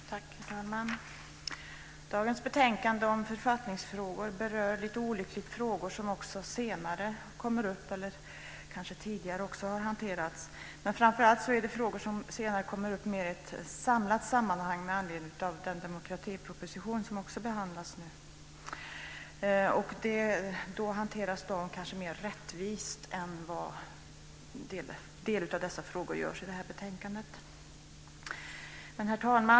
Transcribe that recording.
Herr talman! Dagens betänkande om författningsfrågor berör lite olyckligt frågor som kommer upp senare och som kanske också har behandlats tidigare. Framför allt är det frågor som senare kommer upp i ett mer samlat sammanhang med anledning av demokratipropositionen som också behandlas nu. De kommer kanske då att hanteras mer rättvist än vad en del av dessa frågor görs i detta betänkande. Herr talman!